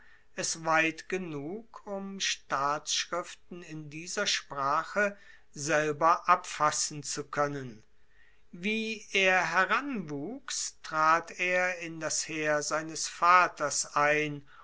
es weit genug um staatsschriften in dieser sprache selber abfassen zu koennen wie er heranwuchs trat er in das heer seines vaters ein